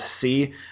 see